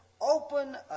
open